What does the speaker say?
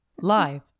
Live